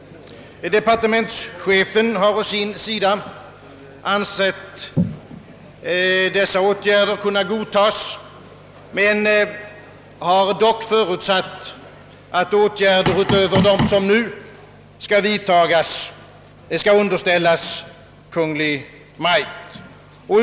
Departementschefen har å sin sida »ansett dessa åtgärder kunna godtas» men har dock framhållit, att åtgärder utöver dem som nu skall vidtas skall underställas Kungl. Maj:t.